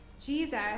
Jesus